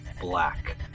black